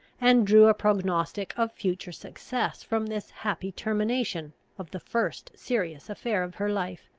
and drew a prognostic of future success from this happy termination of the first serious affair of her life.